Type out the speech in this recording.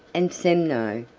and semno,